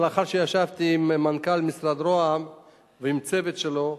לאחר שישבתי עם מנכ"ל משרד ראש הממשלה ועם צוות שלו,